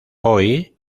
hoy